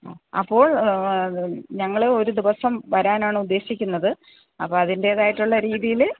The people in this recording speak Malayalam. അപ്പോൾ ഞങ്ങൾ ഒരു ദിവസം വരാനാണ് ഉദ്ദേശിക്കുന്നത് അപ്പോൾ അതിൻ്റേതായിട്ടുള്ള രീതിയിൽ